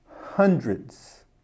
hundreds